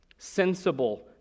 sensible